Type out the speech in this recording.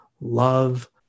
love